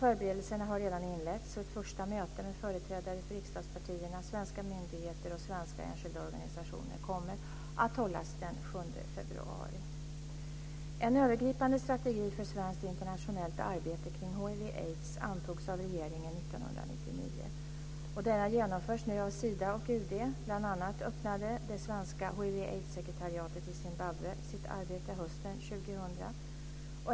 Förberedelserna har redan inletts, och ett första möte med företrädare för riksdagspartierna, svenska myndigheter och svenska enskilda organisationer kommer att hållas den 7 februari. En övergripande strategi för svenskt internationellt arbete kring hiv aids-sekretariatet i Zimbabwe sitt arbete hösten 2000.